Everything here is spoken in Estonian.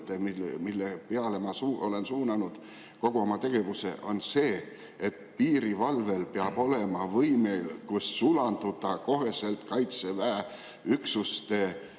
mille peale ma olen suunanud kogu oma tegevuse, on see, et piirivalvel peab olema võime sulanduda kohe Kaitseväe üksuste sisse.